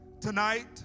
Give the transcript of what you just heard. Tonight